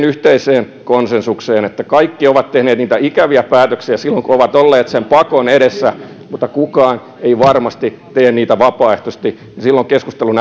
yhteiseen konsensukseen että kaikki ovat tehneet niitä ikäviä päätöksiä silloin kun ovat olleet sen pakon edessä mutta kukaan ei varmasti tee niitä vapaaehtoisesti niin silloin keskustelun